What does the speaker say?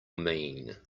mean